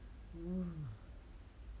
oh